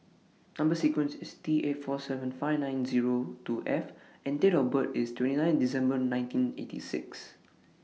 Number sequence IS T eight four seven five nine Zero two F and Date of birth IS twenty nine December nineteen eighty six